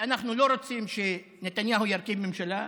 ואנחנו לא רוצים שנתניהו יקים ממשלה,